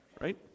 Right